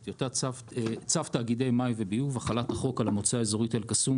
טיוטת צו תאגידי מים וביוב (החלת החוק על המועצה האזורית אל קסום),